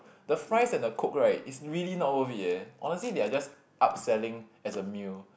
the fries and the coke right is really not worth it eh honestly they are just upselling as a meal